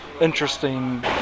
interesting